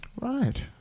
Right